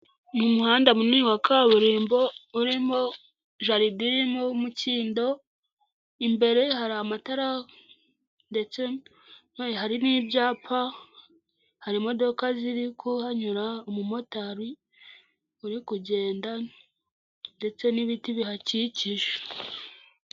Mu muhanda munini wa kaburimbo, urimo jaride irimo umukindo, imbere hari amatara, ndetse hari n'ibyapa, hari imodoka ziri kuhanyura, umu motari uri kugenda, ndetse n'ibiti bihakikije.